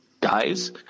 guys